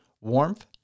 warmth